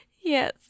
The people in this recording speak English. Yes